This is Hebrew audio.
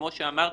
כמו שאמרתי,